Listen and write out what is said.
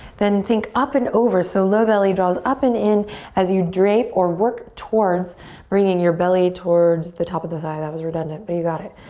then think up and over. so low belly draws up and in as you drape or work towards bringing your belly towards the top of the thigh. that was redundant, but you got it.